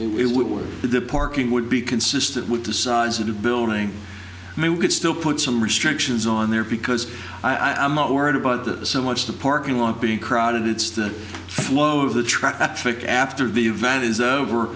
would the parking would be consistent with the size of the building and we could still put some restrictions on there because i'm not worried about that so much the parking lot being crowded it's the flow of the traffic after the event is over